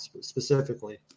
specifically